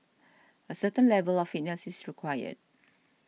a certain level of fitness is required